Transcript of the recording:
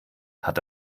hat